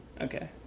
Okay